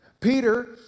Peter